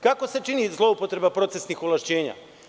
Kako se čini zloupotreba procesnih ovlašćenja?